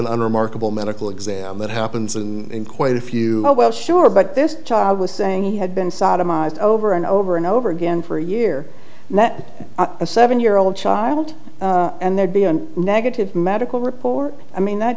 unremarkable medical exam that happens in quite a few oh well sure but this child was saying he had been sodomized over and over and over again for a year and that a seven year old child and there'd be a negative medical report i mean that